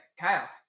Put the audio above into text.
Kyle